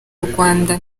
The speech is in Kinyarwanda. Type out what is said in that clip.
rwanda